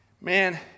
man